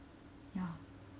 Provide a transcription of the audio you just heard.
ya